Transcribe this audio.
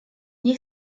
nie